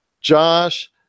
Josh